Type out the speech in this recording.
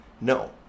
No